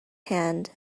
hand